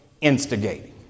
instigating